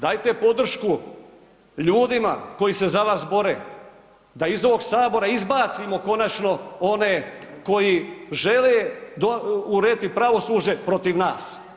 Dajte podršku ljudima koji se za vas bore, da iz ovog sabora izbacimo konačno one koji žele urediti pravosuđe protiv nas.